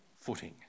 Footing